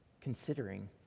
considering